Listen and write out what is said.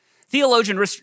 Theologian